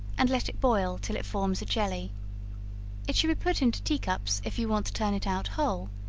and let it boil till it forms a jelly it should be put into tea-cups, if you want to turn it out whole,